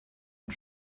und